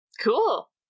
Cool